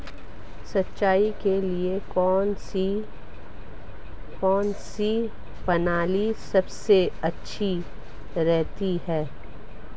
सिंचाई के लिए कौनसी प्रणाली सबसे अच्छी रहती है?